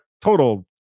total